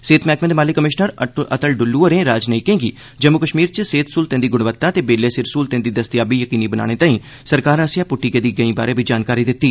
सेहत मैह्कमें दे माली कमीशनर अटल डुल्लू होरें राजनायिकें गी जम्मू कश्मीर इच सेहत सहूलतें दी गुणवत्ता ते बेल्लै सिर सहूलतें दी दस्तयाबी यकीनी बनाने तांई सरकार पास्सेआ पुद्टी गेदी गैंही बारै बी जानकारी दित्ती